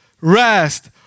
rest